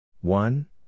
One